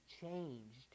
changed